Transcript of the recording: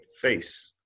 face